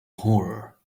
horror